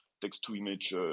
text-to-image